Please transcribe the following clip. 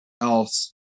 else